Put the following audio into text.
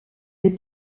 les